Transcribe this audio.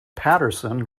patterson